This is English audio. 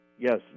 yes